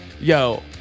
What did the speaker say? yo